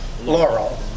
Laurel